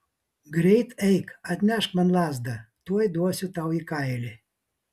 greit eik atnešk man lazdą tuoj duosiu tau į kailį